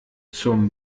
zum